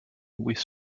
with